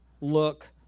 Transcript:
look